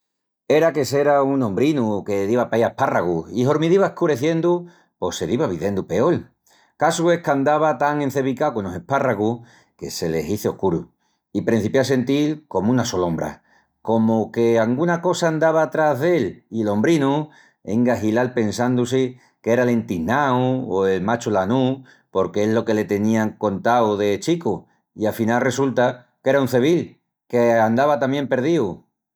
Era que s'era un ombrinu que diva paí a espárragus i hormi diva escurenciendu pos se diva videndu peol. Casu es qu'andava tan encevicau conos espárragus que se le hizu escuru i prencipió a sentil comu una solombra, comu que anguna cosa andava tras d'él i l'ombrinu, enga a ahilal pensandu-si qu'era l'entisnau o el machu lanúu porque es lo que le tenían contau de chicu i afinal resulta qu'era un cevil que andava tamién perdíu.